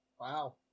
Wow